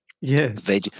Yes